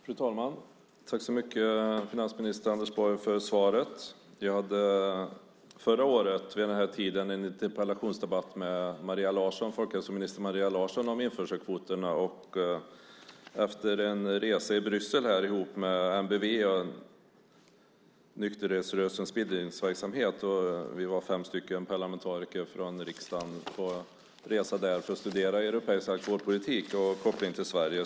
Fru talman! Tack så mycket, finansminister Anders Borg, för svaret! Jag hade förra året vid den här tiden en interpellationsdebatt med folkhälsominister Maria Larsson om införselkvoterna. Jag har nu gjort en resa i Bryssel ihop med NBV, Nykterhetsrörelsens Bildningsverksamhet. Vi var fem parlamentariker från riksdagen på en resa där för att studera europeisk alkoholpolitik och kopplingen till Sverige.